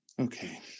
Okay